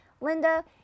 Linda